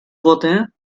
wurde